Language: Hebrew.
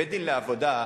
בית-דין לעבודה,